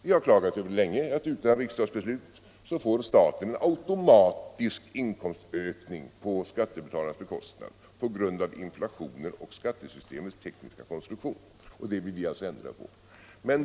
Vi har länge klagat över att utan riksdagsbeslut får staten automatiskt en inkomstökning på skattebetalarnas bekostnad på grund av inflationen och skattesystemets tekniska konstruktion, och det vill vi alltså ändra på.